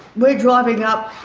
we're driving up,